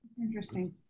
Interesting